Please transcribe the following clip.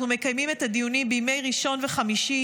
אנחנו מקיימים את הדיונים בימי ראשון וחמישי,